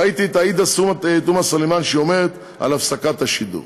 ראיתי את עאידה תומא סלימאן מדברת על הפסקת השידור.